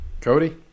Cody